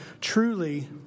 truly